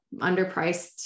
underpriced